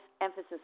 emphasis